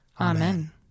Amen